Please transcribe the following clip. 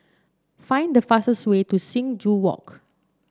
find the fastest way to Sing Joo Walk